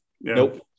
Nope